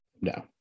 no